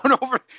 over